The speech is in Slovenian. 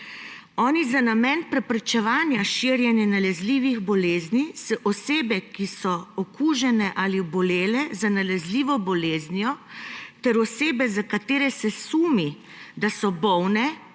Oni za namen preprečevanja širjenja nalezljivih bolezni, »se osebe, ki so okužene ali obolele za nalezljivo boleznijo, ter osebe za katere se sumi, da so bolne